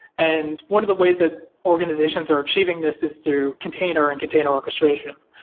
and one of the ways that organizations are achieving this is through container and container orchestration,